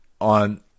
on